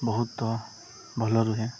ବହୁତ ଭଲ ରୁହେ